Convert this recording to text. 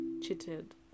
cheated